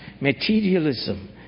Materialism